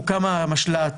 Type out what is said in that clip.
הוקם המשל"ט.